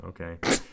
Okay